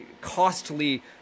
costly